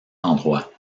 endroit